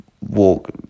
walk